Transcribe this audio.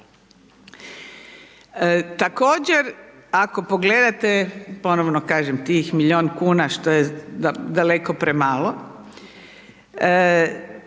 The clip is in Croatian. Također ako pogledate ponovno kažem tih milijun kuna što je daleko premalo,